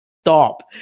Stop